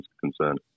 concern